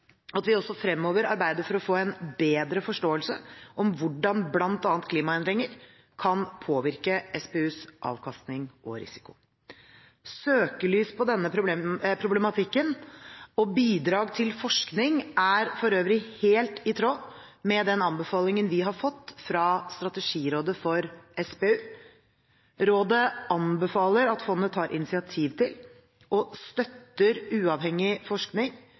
at vi også fremover arbeider for å få en bedre forståelse av hvordan bl.a. klimaendringer kan påvirke SPUs avkastning og risiko. Søkelys på denne problematikken og bidrag til forskning er for øvrig helt i tråd med den anbefalingen vi har fått fra Strategirådet for SPU. Rådet anbefaler at fondet tar initiativ til og støtter uavhengig forskning